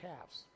calves